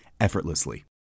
effortlessly